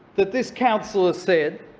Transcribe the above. that this councillor said